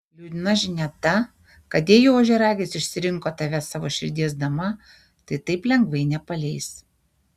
liūdna žinia ta kad jei jau ožiaragis išsirinko tave savo širdies dama tai taip lengvai nepaleis